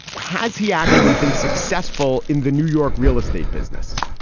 has he actually been successful in the new york real estate business?